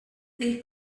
they